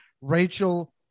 Rachel